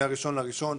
מ-1 בינואר,